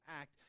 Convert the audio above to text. act